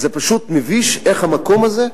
זה פשוט מביש איך המקום הזה,